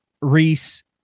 Reese